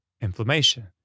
inflammation